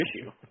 issue